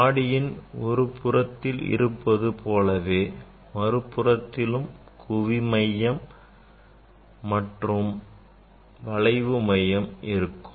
ஆடியின் ஒரு புறத்தில் இருப்பது போலவே மறுபுறத்திலும் குவிமையம் மற்றும் வளைவு மையம் இருக்கும்